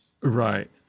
Right